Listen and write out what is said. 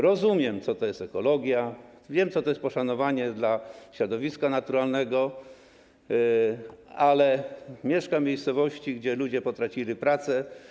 Rozumiem, co to jest ekologia, wiem, co to jest poszanowanie dla środowiska naturalnego, ale mieszkam w miejscowości, gdzie ludzie potracili pracę.